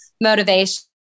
motivation